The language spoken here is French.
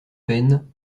peine